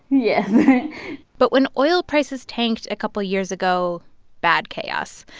yes but when oil prices tanked a couple years ago bad chaos.